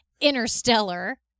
Interstellar